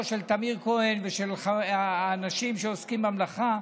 של טמיר כהן ולאנשים שעוסקים במלאכה.